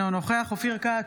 אינו נוכח אופיר כץ,